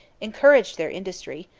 encouraged their industry,